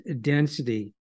density